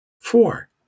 Four